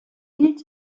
spielt